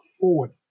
forward